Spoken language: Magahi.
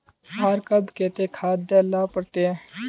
आर कब केते खाद दे ला पड़तऐ?